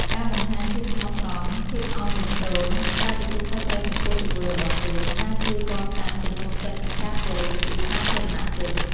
ការបង្ហាញភាពស្មោះត្រង់ ភាពឧ៌នលំទោន ការទទួលខុសត្រូវចំពោះទង្វើរបស់ខ្លួន ការជួយកសាង ទំនុកចិត្ត និងការគោរព ពីសាធារណជន។